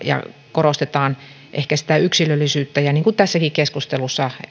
korostetaan ehkä sitä yksilöllisyyttä ja niin kuin tässäkin keskustelussa